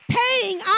paying